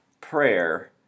prayer